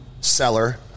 seller